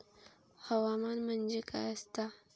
हवामान म्हणजे काय असता?